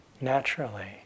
naturally